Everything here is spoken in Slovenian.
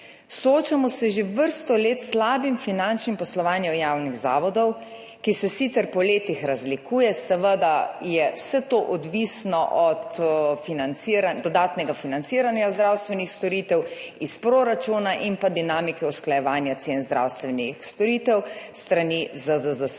Soočamo se že vrsto let s slabim finančnim poslovanjem javnih zavodov, ki se sicer po letih razlikuje. Seveda je vse to odvisno od dodatnega financiranja zdravstvenih storitev iz proračuna in dinamike usklajevanja cen zdravstvenih storitev s strani ZZZS.